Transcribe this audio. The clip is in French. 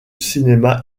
cinéma